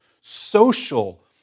social